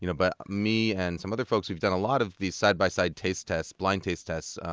you know but me and some other folks, we've done a lot of these side-by-side taste tests, blind taste tests,